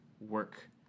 work